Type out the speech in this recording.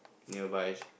nearby